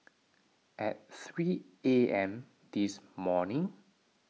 at three A M this morning